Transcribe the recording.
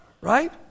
right